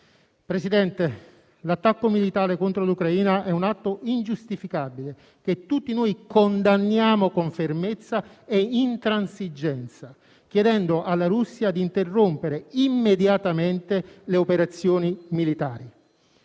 Presidente, l'attacco militare contro l'Ucraina è un atto ingiustificabile che tutti noi condanniamo con fermezza e intransigenza, chiedendo alla Russia di interrompere immediatamente le operazioni militari.